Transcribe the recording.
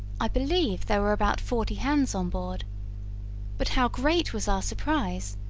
i believe there were about forty hands on board but how great was our surprise,